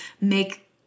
make